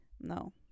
No